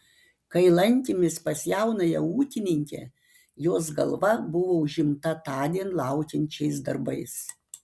kai lankėmės pas jaunąją ūkininkę jos galva buvo užimta tądien laukiančiais darbais